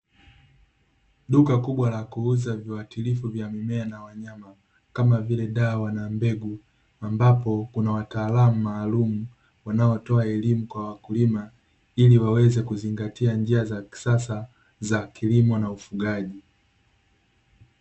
Duka kubwa la kuuza viwatilifu vya mimea na wanyama, kama vile dawa na mbegu, ambapo kuna wataalamu maalumu wanaotoa elimu kwa wakulima, ili waweze kuzingatia njia za kisasa za kilimo na ufugaji.